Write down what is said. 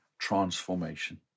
transformation